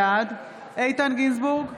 בעד איתן גינזבורג,